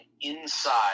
inside